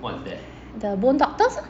the bone doctors lor